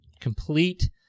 complete